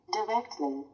Directly